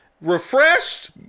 refreshed